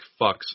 fucks